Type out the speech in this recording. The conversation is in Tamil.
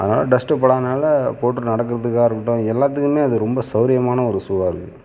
அதனால் டஸ்ட்டு படாததனால போட்டுட்டு நடக்கிறதுக்கா இருக்கட்டும் எல்லாத்துக்குமே அது ரொம்ப சௌகரியமான ஒரு ஷூவாக இருக்குது